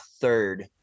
third